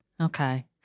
Okay